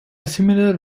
similar